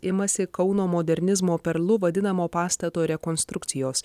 imasi kauno modernizmo perlu vadinamo pastato rekonstrukcijos